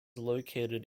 located